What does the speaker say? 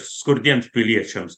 skurdiems piliečiams